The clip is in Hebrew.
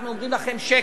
אנחנו אומרים לכם: שקר.